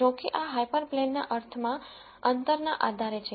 જો કે આ હાયપરપ્લેન ના અર્થમાં અંતરના આધારે છે